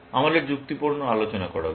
আমাদের যুক্তিপূর্ণ আলোচনা করা উচিত